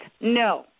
No